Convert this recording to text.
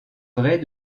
vraie